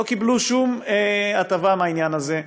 לא קיבלו שום הטבה מהעניין הזה.